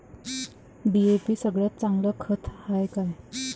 DAP सगळ्यात चांगलं खत हाये का?